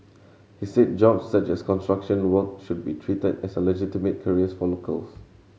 he said job such as construction work should be treated as a legitimate careers for locals